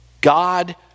God